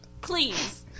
Please